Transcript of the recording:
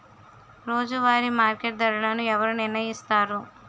రోజువారి మార్కెట్ ధరలను ఎవరు నిర్ణయిస్తారు?